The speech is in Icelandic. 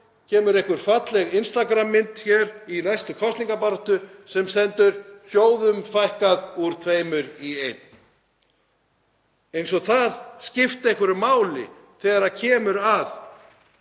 kemur einhver falleg Instagram-mynd í næstu kosningabaráttu þar sem stendur: Sjóðum fækkað úr tveimur í einn, eins og það skipti einhverju máli þegar kemur að